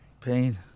Pain